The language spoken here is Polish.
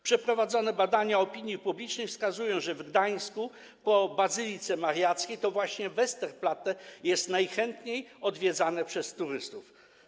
Przeprowadzone badania opinii publicznej wskazują, że w Gdańsku po Bazylice Mariackiej to właśnie Westerplatte jest najchętniej odwiedzane przez turystów.